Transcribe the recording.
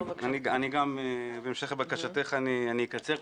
בהמשך לבקשתך, אני אקצר.